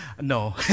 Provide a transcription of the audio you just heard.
No